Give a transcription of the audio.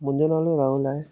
मुंहिंजो नालो राहूल आहे